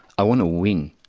want to win,